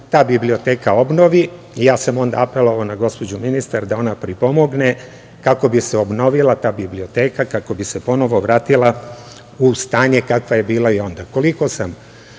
ta biblioteka obnovi. Ja sam apelovao na gospođu ministar da ona pripomogne kako bi se obnovila ta biblioteka, kako bi se ponovo vratila u stanje kakva je bila i onda. Koliko sam